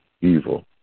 evil